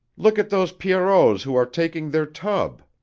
look at those pierrots who are taking their tub.